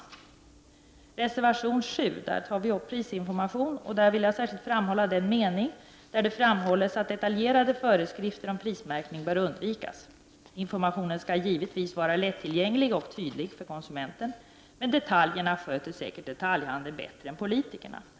I reservation 7 angående prisinformation vill jag särskilt framhålla den mening där det framhålls att detaljerade föreskrifter om prismärkning bör undvikas. Informationen skall givetvis vara lättillgänglig och tydlig för konsumenten, men detaljerna sköter säkert detaljhandeln bättre än politikerna.